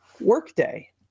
Workday